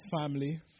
family